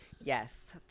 yes